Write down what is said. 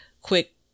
quick